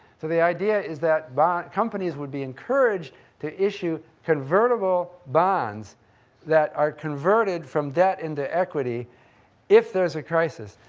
so the idea is that companies would be encouraged to issue convertible bonds that are converted from debt in the equity if there's a crisis.